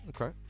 Okay